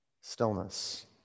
stillness